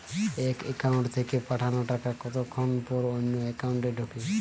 এক একাউন্ট থেকে পাঠানো টাকা কতক্ষন পর অন্য একাউন্টে ঢোকে?